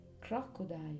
crocodile